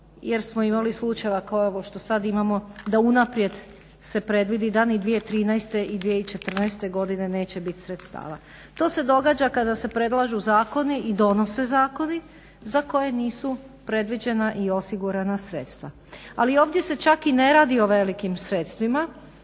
jer smo imali slučajeva kao što sada imamo da unaprijed se predvidi da ni 2013.i 2014.neće biti sredstava. To se događa kada se predlažu zakoni i donose zakoni za koje nisu predviđena i osigurana sredstva. Ali ovdje se čak i ne radi o velikim sredstvima,